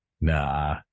Nah